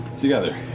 Together